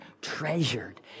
treasured